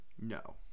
No